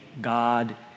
God